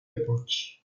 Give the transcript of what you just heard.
époque